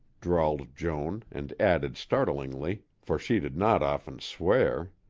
drawled joan, and added startlingly, for she did not often swear,